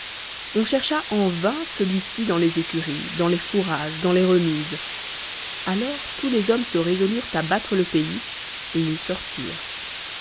on chercha en vain celui-ci dans les écuries dans les fourrages dans les remises alors tous les hommes se résolurent à battre le pays et ils sortirent